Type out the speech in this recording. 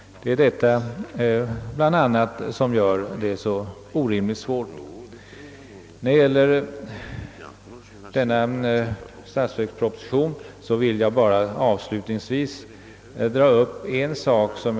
Det är bl.a. sådant som gör bedömningen så svår. Avslutningsvis vill jag sedan bara beröra ett uttalande av departementschefen, som man kanske kan le litet i mjugg åt.